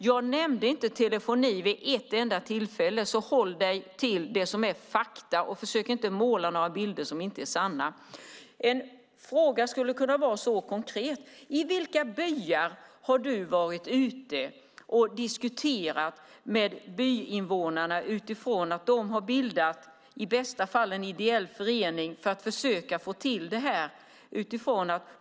Jag nämnde inte telefoni vid ett enda tillfälle, Eliza Roszkowska Öberg. Håll dig till fakta! Försök inte måla några bilder som inte är sanna! En konkret fråga skulle kunna vara: I vilka byar har ministern varit ute och diskuterat med invånare som har bildat en ideell förening för att försöka få till det?